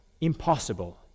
impossible